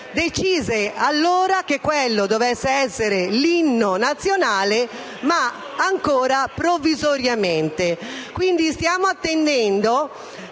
decise che quello dovesse essere l'inno nazionale, seppur ancora provvisoriamente. Quindi stiamo attendendo